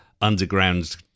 underground